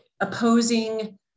opposing